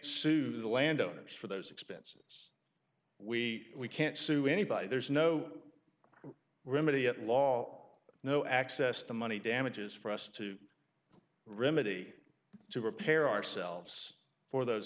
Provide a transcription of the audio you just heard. the landowners for those expenses we can't sue anybody there's no remedy at law no access to money damages for us to remain a to prepare ourselves for those